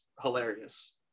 hilarious